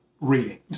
reading